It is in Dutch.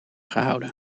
gehouden